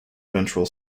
ventral